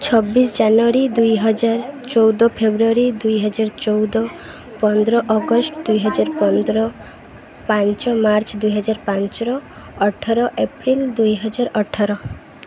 ଛବିଶ ଜାନୁୟାରୀ ଦୁଇହଜାର ଚଉଦ ଫେବୃଆରୀ ଦୁଇହଜାର ଚଉଦ ପନ୍ଦର ଅଗଷ୍ଟ ଦୁଇହଜାର ପନ୍ଦର ପାଞ୍ଚ ମାର୍ଚ୍ଚ ଦୁଇହଜାର ପାଞ୍ଚର ଅଠର ଏପ୍ରିଲ୍ ଦୁଇହଜାର ଅଠର